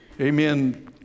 amen